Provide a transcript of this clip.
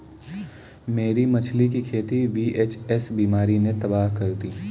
मेरी मछली की खेती वी.एच.एस बीमारी ने तबाह कर दी